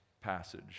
passage